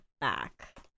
back